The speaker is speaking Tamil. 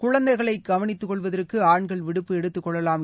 குழந்தைகளைக் கவனித்துக் கொள்வதற்குஆண்கள் விடுப்பு எடுத்துக் கொள்ளலாம்